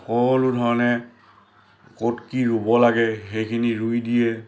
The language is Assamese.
সকলো ধৰণে ক'ত কি ৰুব লাগে সেইখিনি ৰুই দিয়ে